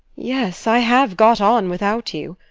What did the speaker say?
yes i have got on without you.